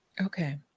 Okay